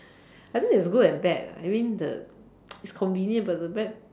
I think there's good and bad uh I mean the it's convenient but the bad